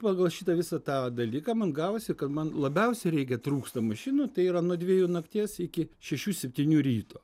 pagal šitą visą tą dalyką man gavosi kad man labiausiai reikia trūksta mašinų tai yra nuo dviejų nakties iki šešių septynių ryto